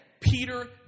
Peter